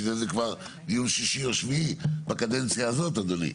בשביל זה כבר דיון שישי או שביעי בקדנציה הזאת אדוני.